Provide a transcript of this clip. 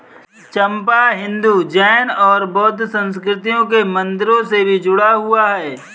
चंपा हिंदू, जैन और बौद्ध संस्कृतियों के मंदिरों से भी जुड़ा हुआ है